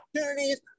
opportunities